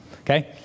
okay